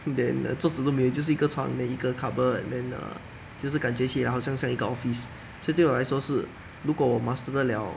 then 连桌子都没有就是一个床 then 一个 cupboard then err 就是感觉起来好像一个 office 所以对我来说是如果我 master 得了